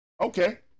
Okay